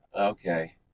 okay